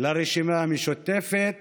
לרשימה המשותפת